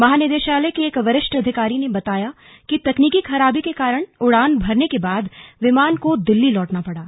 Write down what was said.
महानिदेशालय के एक वरिष्ठ अधिकारी ने बताया कि तकनीकी खराबी के कारण उड़ान भरने के बाद विमान को दिल्ली लौटना पड़ा